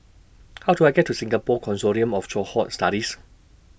How Do I get to Singapore Consortium of Cohort Studies